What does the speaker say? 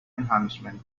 enhancement